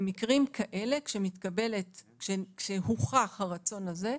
במקרים כאלה, כשהוכח הרצון הזה,